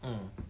mm